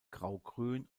graugrün